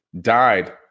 died